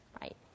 right